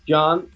John